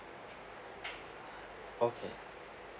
okay